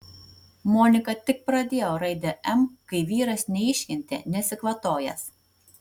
monika tik pradėjo raidę m kai vyras neiškentė nesikvatojęs